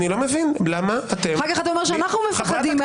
אני לא מבין למה אתם --- אחר כך אתה אומר שאנחנו מפחדים מהאמת.